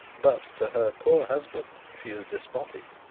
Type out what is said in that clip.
but to her poor husband she is despotic.